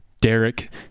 Derek